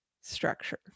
structure